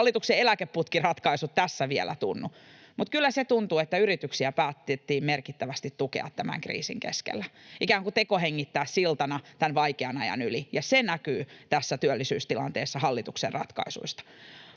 hallituksen eläkeputkiratkaisu tässä vielä tunnu, mutta se kyllä tuntuu, että yrityksiä päätettiin merkittävästi tukea tämän kriisin keskellä, ikään kuin tekohengittää siltana tämän vaikean ajan yli, ja se hallituksen ratkaisuista